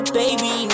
baby